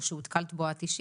או שהותקלת בו את אישית.